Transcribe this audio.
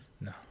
No